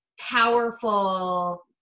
powerful